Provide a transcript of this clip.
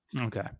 okay